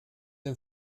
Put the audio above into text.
dem